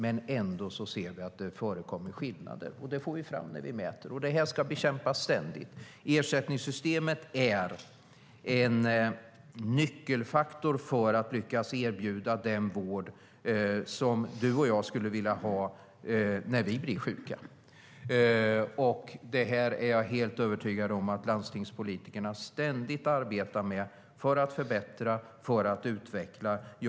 Vi ser att det förekommer skillnader, och det får vi fram när vi mäter. Det ska ständigt bekämpas. Ersättningssystemet är en nyckelfaktor för att vi ska lyckas erbjuda den vård som du, Ingela Nylund Watz, och jag skulle vilja ha när vi blir sjuka. Jag är helt övertygad om att landstingspolitikerna ständigt arbetar med att förbättra och utveckla det.